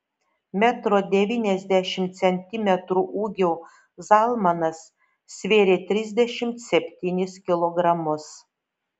metro devyniasdešimt centimetrų ūgio zalmanas svėrė trisdešimt septynis kilogramus